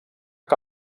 que